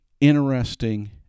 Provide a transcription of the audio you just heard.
interesting